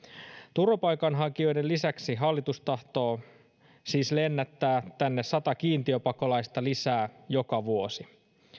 turvapaikanhakijoiden lisäksi hallitus tahtoo siis lennättää tänne sata kiintiöpakolaista lisää joka vuosi